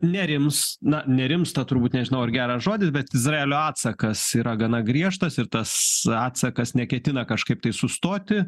nerims na nerimsta turbūt nežinau ar geras žodis bet izraelio atsakas yra gana griežtas ir tas atsakas neketina kažkaip tai sustoti